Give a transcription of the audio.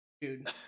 dude